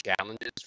challenges